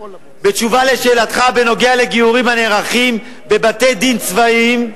"בתשובה לשאלתך בנוגע לגיורים הנערכים בבתי-דין צבאיים,